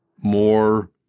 more